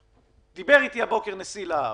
דיבר איתי הבוקר נשיא להב,